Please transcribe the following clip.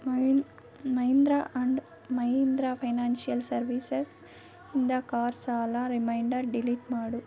my Mahindra and Mahindra financial services ಇಂದ car ಸಾಲ reminder delete ಮಾಡು